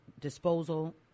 disposal